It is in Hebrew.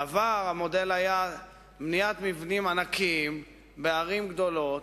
בעבר המודל היה בניית מבנים ענקיים בערים גדולות,